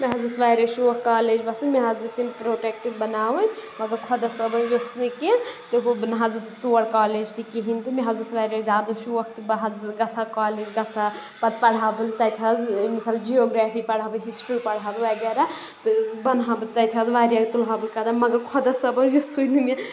مےٚ حظ اوس واریاہ شوق کالج گژھُن مےٚ حظ ٲسۍ یِم پروڈکٹ بَناوٕنۍ مگر خۄدا صٲبَن یوٚژھ نہٕ کینٛہہ تہٕ بہٕ نہٕ حظ ٲسۍ تور کالج تہِ کِہیٖنۍ تہٕ مےٚ حظ اوس واریاہ زیادٕ شوق تہٕ بہٕ حظ گژھا کالج گژھا پَتہٕ پَرٕ ہا بہٕ تَتہِ حظ مثال جِیوگرٛافی پرہا بہٕ ہِسٹرٛی پَرہا بہٕ وغیرہ تہٕ بَنہٕ ہا بہٕ تَتہِ حظ واریاہ تُلہٕ ہا بہٕ قدم مگر خۄدا صٲب یوٚژھٕے نہٕ مےٚ